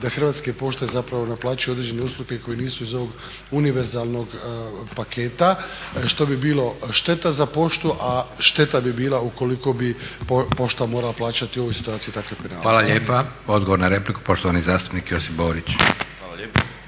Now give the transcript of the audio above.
da Hrvatske pošte zapravo naplaćuju određene usluge koje nisu iz ovog univerzalnog paketa što bi bilo šteta za poštu, a šteta bi bila ukoliko bi pošta morala plaćati u ovoj situaciji takve penale. **Leko, Josip (SDP)** Hvala lijepa. Odgovor na repliku, poštovani zastupnik Josip Borić. **Borić,